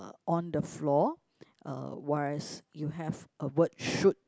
on the floor uh whereas you have a word shoot